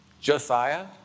Josiah